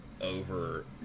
over